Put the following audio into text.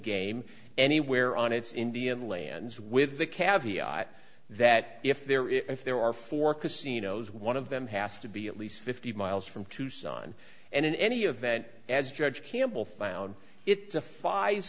game anywhere on its indian lands with the caviar at that if there is if there are four casinos one of them has to be at least fifty miles from tucson and in any event as judge campbell found it's a five